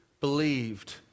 believed